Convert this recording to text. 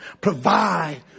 provide